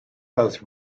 both